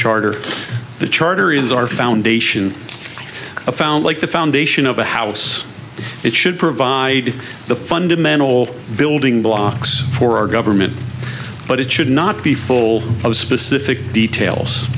charter the charter is our foundation found like the foundation of a house it should provide the fundamental building blocks for our government but it should not be full of specific details